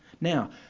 Now